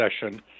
session